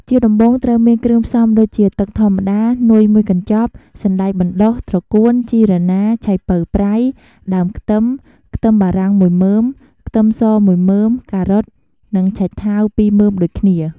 ជាដំបូងត្រូវមានគ្រឿងផ្សំដូចជា ទឹកធម្មតា នុយមួយកញ្ចប់ សណ្តែកបណ្តុះ ត្រកួន ជីរណា ឆៃពៅប្រៃ ដើមខ្ទឹម ខ្ទឹមបារាំងមួយមើម ខ្ទឹមសមួយមើម ការ៉ុត និងឆៃថាវពីរមើមដូចគ្នា។